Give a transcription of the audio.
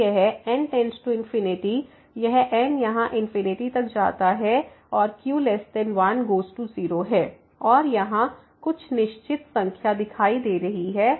तो यह n→∞ यह n यहाँ इंफिनिटी तक जाता है और q1 गोज़ टू 0 है और यहाँ कुछ निश्चित संख्या दिखाई दे रही है